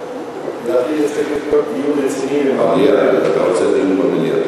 שיהיה דיון רציני במליאת הכנסת.